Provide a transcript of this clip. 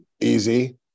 Easy